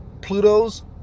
Pluto's